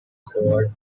gold